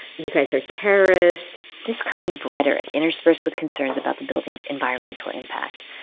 you guys are terrorists this kind of rhetoric interspersed with concerns about the building's environmental impact.